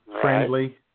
Friendly